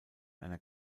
einer